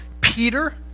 Peter